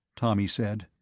tommy said.